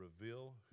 reveal